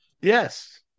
Yes